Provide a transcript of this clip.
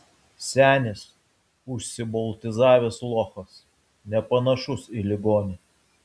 senis užsiboltizavęs lochas nepanašus į ligonį